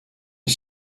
est